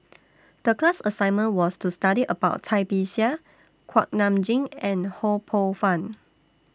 The class assignment was to study about Cai Bixia Kuak Nam Jin and Ho Poh Fun